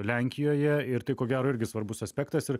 lenkijoje ir tai ko gero irgi svarbus aspektas ir